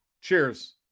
Cheers